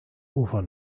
ufer